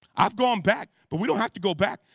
i've gone back but we don't have to go back.